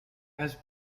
has